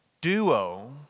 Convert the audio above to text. duo